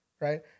right